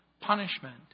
punishment